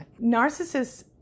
Narcissists